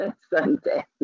Sunday